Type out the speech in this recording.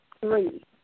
three